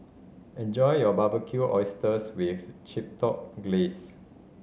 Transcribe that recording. enjoy your Barbecued Oysters with Chipotle Glaze